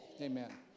Amen